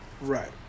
Right